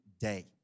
day